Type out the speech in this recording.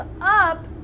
up